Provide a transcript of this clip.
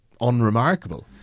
unremarkable